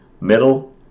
Middle